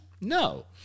No